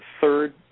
third